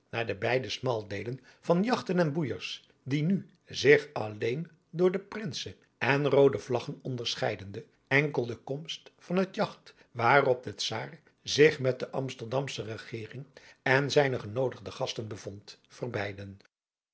naar de beide smaldeelen van jagten en boeijers die nu zich alleen door de prinseen roode vlaggen onderscheidende enkel de komst van het jagt waarop de czaar zich met de amsterdamsche regering en zijne genoodigde gasten bevond verbeidden